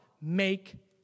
make